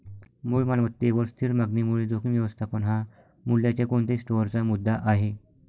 मूळ मालमत्तेच्या स्थिर मागणीमुळे जोखीम व्यवस्थापन हा मूल्याच्या कोणत्याही स्टोअरचा मुद्दा आहे